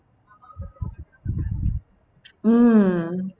mm